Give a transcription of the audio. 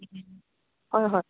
হয় হয়